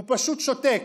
הוא פשוט שותק,